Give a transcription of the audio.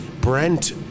brent